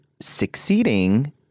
succeeding